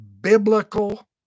biblical